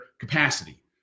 capacity